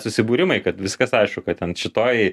susibūrimai kad viskas aišku kad ten šitoj